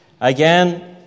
again